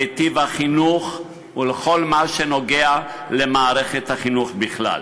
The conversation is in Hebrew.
לטיב החינוך ולכל מה שנוגע למערכת החינוך בכלל.